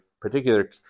particular